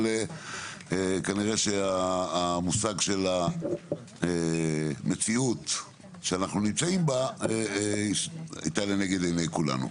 אבל כנראה שהמושג של המציאות שאנחנו נמצאים בה הייתה לנגד עיני כולנו.